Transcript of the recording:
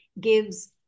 gives